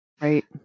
Right